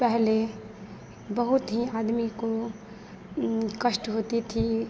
पहले बहुत ही आदमी को कष्ट होता था